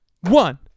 one